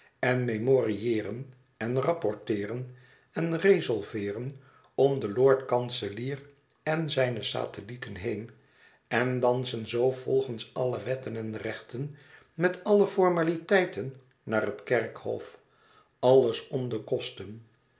en memorieeren en rapporteeren en resolveeren om den lord-kanselier en zijne satellieten heen en dansen zoo volgens alle wetten en rechten met alle formaliteiten naar het kerkhof alles om de kosten